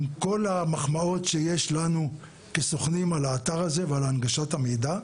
עם כל המחמאות שיש לנו כסוכנים על האתר הזה ועל הנגשת המידע.